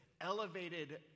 elevated